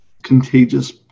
contagious